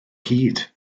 hyd